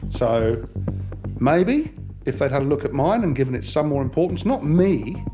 so maybe if they'd had a look at mine and given it some more importance, not me.